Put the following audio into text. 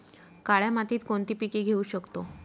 काळ्या मातीत कोणती पिके घेऊ शकतो?